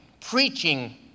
preaching